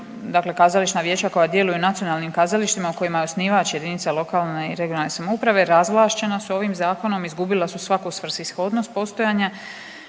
dakle kazališna vijeća koja djeluju u nacionalnim kazalištima kojima je osnivač jedinica lokalne i regionalne samouprave razvlašćena s ovim zakonom, izgubila su svaku svrsishodnost postojanja,